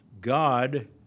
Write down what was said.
God